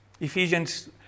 Ephesians